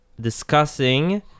discussing